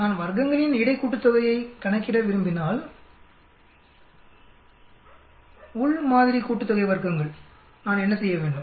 நான் வர்க்கங்களின் இடை கூட்டுத்தொகையை கணக்கிட விரும்பினால் வர்க்கங்களின் உள் மாதிரி கூட்டுத்தொகை நான் என்ன செய்ய வேண்டும்